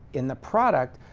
in the product,